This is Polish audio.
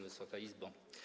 Wysoka Izbo!